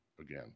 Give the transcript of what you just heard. again